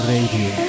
Radio